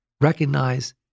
Recognize